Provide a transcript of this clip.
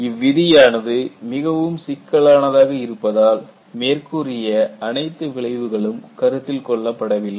இவ்விதியானது மிகவும் சிக்கலானதாக இருப்பதால் மேற்கூறிய அனைத்து விளைவுகளும் கருத்தில் கொள்ளப்படவில்லை